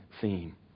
theme